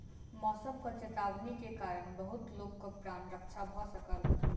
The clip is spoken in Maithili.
मौसमक चेतावनी के कारण बहुत लोकक प्राण रक्षा भ सकल